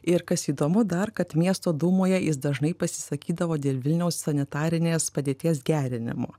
ir kas įdomu dar kad miesto dūmoje jis dažnai pasisakydavo dėl vilniaus sanitarinės padėties gerinimo